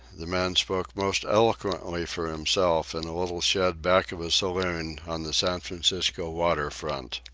the man spoke most eloquently for himself, in a little shed back of a saloon on the san francisco water front.